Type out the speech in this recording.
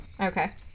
Okay